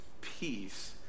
peace